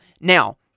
Now